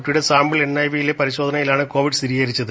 കുട്ടിയുടെ സാമ്പിൾ പരിശോധനയിലാണ് കോവിഡ് ബാധ സ്ഥിരീകരിച്ചത്